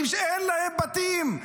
אין להם בתים.